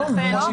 לא.